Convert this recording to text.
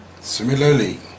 Similarly